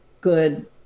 good